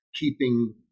keeping